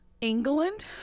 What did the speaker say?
England